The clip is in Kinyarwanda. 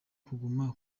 kuguma